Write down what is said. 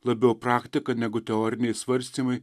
labiau praktika negu teoriniai svarstymai